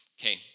Okay